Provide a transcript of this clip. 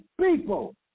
people